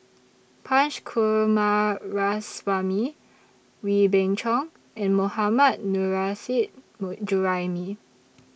Punch Coomaraswamy Wee Beng Chong and Mohammad Nurrasyid More Juraimi